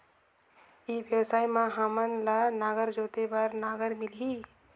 ई व्यवसाय मां हामन ला नागर जोते बार नागर मिलही?